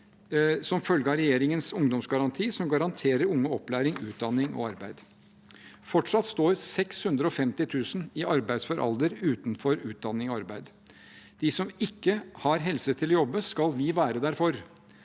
som følge av regjeringens ungdomsgaranti, som garanterer unge opplæring, utdanning og arbeid. Fortsatt står 650 000 i arbeidsfør alder utenfor utdanning og arbeid. De som ikke har helse til å jobbe, skal vi være der for,